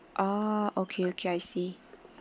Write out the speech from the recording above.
ah okay okay I see